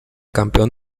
campeón